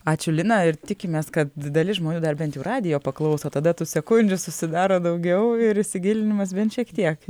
ačiū lina ir tikimės kad dalis žmonių dar bent jau radijo paklauso tada tų sekundžių susidaro daugiau ir įsigilinimas bent šiek tiek